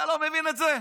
אתה לא מבין את זה?